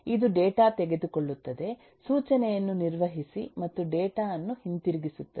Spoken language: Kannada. ಇದು ಡೇಟಾ ತೆಗೆದುಕೊಳ್ಳುತ್ತದೆ ಸೂಚನೆಯನ್ನು ನಿರ್ವಹಿಸಿ ಮತ್ತು ಡೇಟಾ ಅನ್ನು ಹಿಂತಿರುಗಿಸುತ್ತದೆ